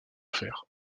faire